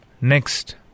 Next